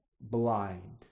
blind